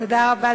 תודה רבה,